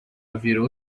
virou